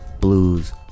blues